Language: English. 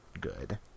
good